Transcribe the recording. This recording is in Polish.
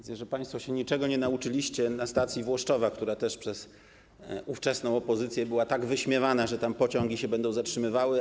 Widzę, że państwo się niczego nie nauczyliście na przykładzie stacji Włoszczowa, która też przez ówczesną opozycję była tak wyśmiewana, że tam pociągi się będą zatrzymywały.